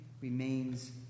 remains